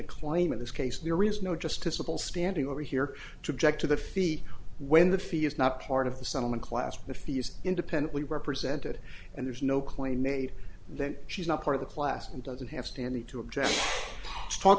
a claim in this case there is no just to suppose standing over here to object to the fee when the fee is not part of the settlement classed the fees independently represented and there's no claim made that she's not part of the class and doesn't have standing to object talk